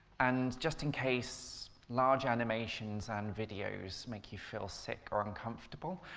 and just in case large animations and videos make you feel sick or uncomfortable,